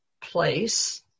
place